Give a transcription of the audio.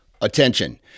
Attention